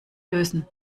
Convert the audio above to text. lösen